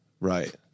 Right